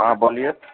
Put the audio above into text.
हँ बोलिए